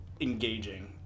engaging